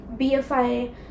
BFI